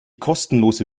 kostenlose